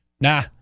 nah